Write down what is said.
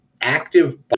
active